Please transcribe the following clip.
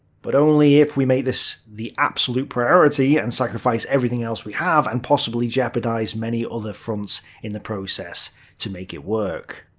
but only if we make this the absolute priority, and sacrifice everything else we have, and possibly jeopardize many other fronts in the process to make it work.